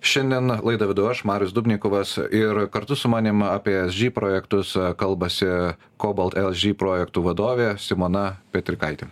šiandien laidą vedu aš marius dubnikovas ir kartu su manim apie esg projektus kalbasi cobalt esg projektų vadovė simona petrikaitė